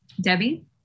Debbie